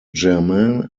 germain